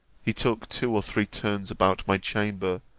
he took two or three turns about my chamber,